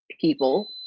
people